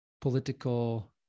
Political